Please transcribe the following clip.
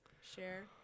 share